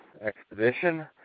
Expedition